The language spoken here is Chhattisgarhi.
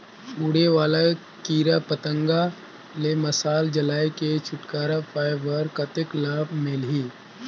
उड़े वाला कीरा पतंगा ले मशाल जलाय के छुटकारा पाय बर कतेक लाभ मिलही?